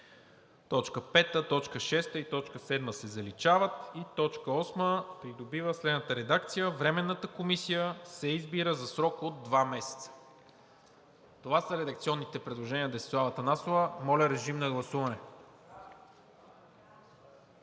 Точка 5, 6 и 7 се заличават. Точка 8 придобива следната редакция: „Временната комисия се избира за срок от два месеца.“ Това са редакционните предложения на Десислава Атанасова. Моля, режим на гласуване.